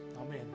Amen